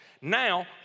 now